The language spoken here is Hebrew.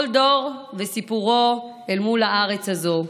כל דור וסיפורו אל מול הארץ הזו.